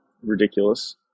ridiculous